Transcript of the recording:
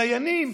דיינים.